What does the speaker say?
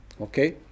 Okay